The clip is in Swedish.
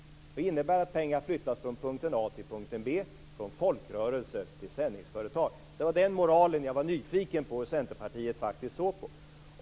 Det innebär att pengar flyttas från punkt A till punkt B, från folkrörelse till sändningsföretag. Jag var nyfiken att få veta hur Centerpartiet ser på den moralen.